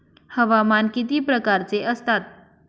हवामान किती प्रकारचे असतात?